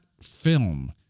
film